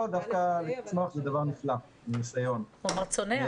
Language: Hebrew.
תנו להם רק "כאלף פרחים יפרחו" ותראו מה יקרה פה,